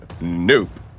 Nope